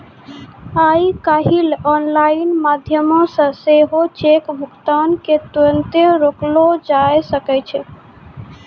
आइ काल्हि आनलाइन माध्यमो से सेहो चेक भुगतान के तुरन्ते रोकलो जाय सकै छै